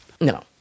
No